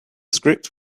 script